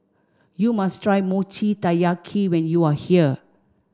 you must try Mochi Taiyaki when you are here